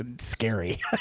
scary